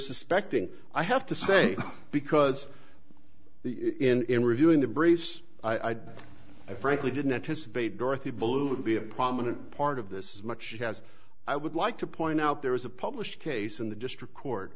suspecting i have to say because in reviewing the briefs i frankly didn't anticipate dorothy ballou to be a prominent part of this much as i would like to point out there was a published case in the district court